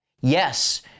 Yes